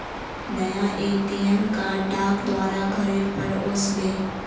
नया ATM card डाक द्वारा घरेर पर ओस बे